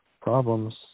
problems